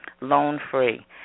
loan-free